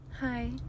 Hi